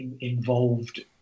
Involved